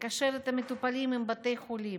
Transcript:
לקשר את המטופלים עם בתי חולים.